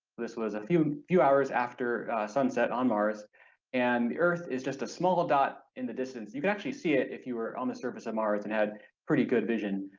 this was a few few hours after sunset on mars and the earth is just a small dot in the distance, you can actually see it if you were on the surface of mars and had pretty good vision.